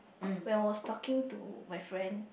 when I was talking to my friend